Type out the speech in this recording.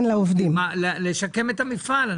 לשקם את המפעל.